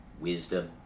wisdom